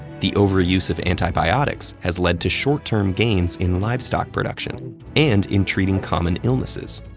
the overuse of antibiotics has led to short-term gains in livestock production and in treating common illnesses,